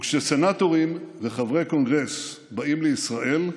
כשסנטורים וחברי קונגרס באים לישראל,